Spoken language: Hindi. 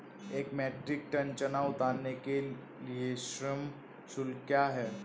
एक मीट्रिक टन चना उतारने के लिए श्रम शुल्क क्या है?